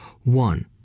one